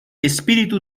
espíritu